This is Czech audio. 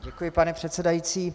Děkuji, pane předsedající.